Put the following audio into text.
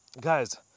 guys